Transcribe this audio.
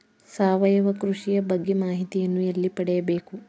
ಸಾವಯವ ಕೃಷಿಯ ಬಗ್ಗೆ ಮಾಹಿತಿಯನ್ನು ಎಲ್ಲಿ ಪಡೆಯಬೇಕು?